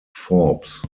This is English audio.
forbes